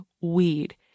weed